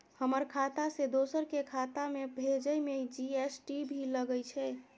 हमर खाता से दोसर के खाता में भेजै में जी.एस.टी भी लगैछे?